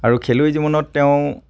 আৰু খেলুৱৈ জীৱনত তেওঁ